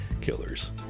killers